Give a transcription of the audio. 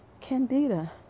Candida